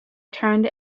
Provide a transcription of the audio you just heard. turned